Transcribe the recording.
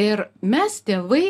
ir mes tėvai